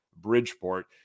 Bridgeport